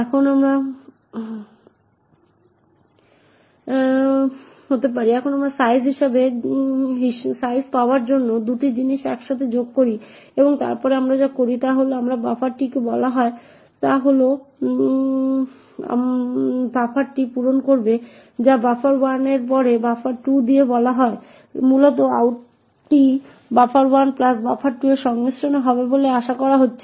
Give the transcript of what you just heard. এখন আমরা সাইজ পাওয়ার জন্য এই 2টি জিনিস একসাথে যোগ করি এবং তারপরে আমরা যা করি তা হল আমরা বাফারটি পূরণ করব যা buffer1 এর পরে buffer2 দিয়ে বলা হয় তাই মূলত আউটটি buffer1 প্লাস buffer2 এর সংমিশ্রণ হবে বলে আশা করা হচ্ছে